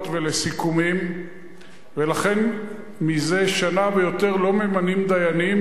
ולסיכומים ולכן מזה שנה ויותר לא ממנים דיינים,